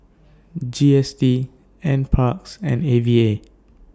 G S T N Parks and A V A